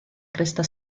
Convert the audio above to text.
cresta